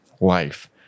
life